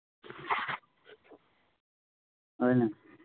ꯍꯣꯏꯅꯦ